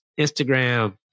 Instagram